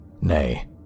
Nay